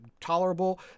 tolerable